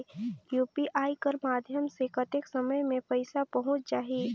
UPI कर माध्यम से कतेक समय मे पइसा पहुंच जाहि?